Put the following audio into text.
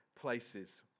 places